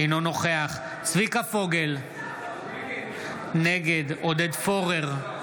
אינו נוכח צביקה פוגל, נגד עודד פורר,